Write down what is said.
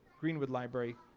greenwood library.